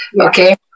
Okay